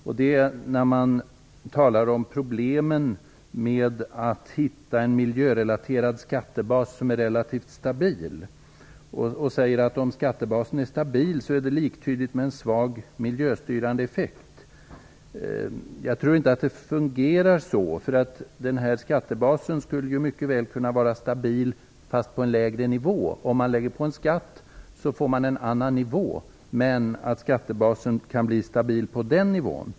Det är när man talar om problemen med att hitta en miljörelaterad skattebas som är relativt stabil och man säger att om skattebasen är stabil är det liktydigt med en svag miljöstyrande effekt. Jag tror inte att det fungerar så. Den här skattebasen skulle mycket väl kunna vara stabil, fast på en lägre nivå. Om man lägger på en skatt får man en annan nivå, men skattebasen kan bli stabil på den nivån.